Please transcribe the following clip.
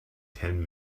ten